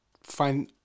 find